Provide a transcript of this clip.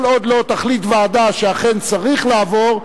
כל עוד לא תחליט ועדה שאכן צריך לעבור,